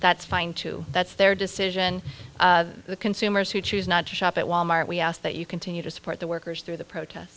that's fine too that's their decision the consumers who choose not to shop at wal mart we ask that you continue to support the workers through the protest